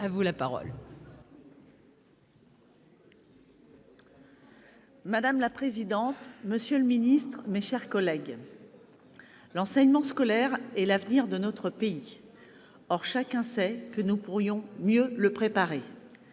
Madame la présidente, monsieur le ministre, mes chers collègues, l'enseignement scolaire est l'avenir de notre pays. Or chacun sait que nous pourrions mieux le préparer.